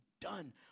done